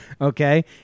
okay